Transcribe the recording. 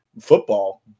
football